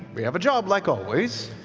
we have a job, like always.